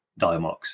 diamox